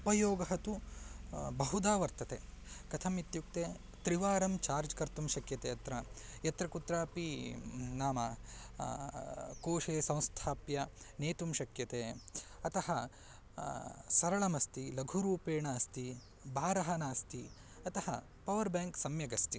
उपयोगः तु बहुधा वर्तते कथम् इत्युक्ते त्रिवारं चार्ज् कर्तुं शक्यते अत्र यत्र कुत्रापि नाम कोषे संस्थाप्य नेतुं शक्यते अतः सरलमस्ति लघुरूपेण अस्ति भारः नास्ति अतः पवर्ब्याङ्क् सम्यगस्ति